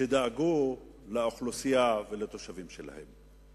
שדאגו לאוכלוסייה ולתושבים שלהם.